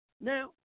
Now